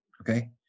okay